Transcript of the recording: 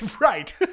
Right